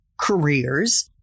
careers